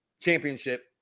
Championship